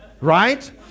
Right